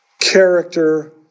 character